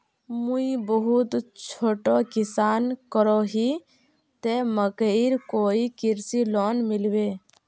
मुई बहुत छोटो किसान करोही ते मकईर कोई कृषि लोन मिलबे?